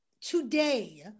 today